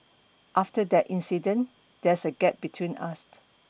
after that incident there's a gap between us